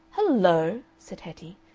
hul-lo! said hetty,